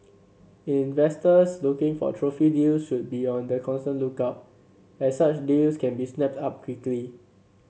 investors looking for trophy deals should be on the constant lookout as such deals can be snapped up quickly